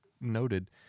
noted